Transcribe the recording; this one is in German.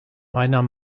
meiner